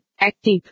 Active